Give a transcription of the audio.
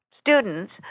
students